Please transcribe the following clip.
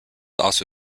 also